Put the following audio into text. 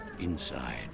inside